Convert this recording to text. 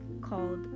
called